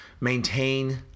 maintain